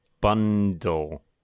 bundle